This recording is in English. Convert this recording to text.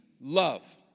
love